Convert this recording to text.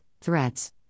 threats